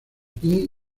king